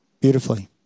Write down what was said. beautifully